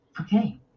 Okay